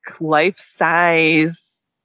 life-size